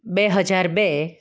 બે હજાર બે